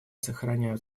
сохраняют